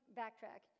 backtrack